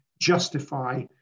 justify